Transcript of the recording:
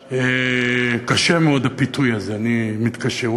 קשה מאוד הפיתוי הזה, אני מתקשה.